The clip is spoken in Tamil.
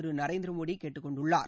திரு நரேந்திர மோடி கேட்டுக் கொண்டுள்ளார்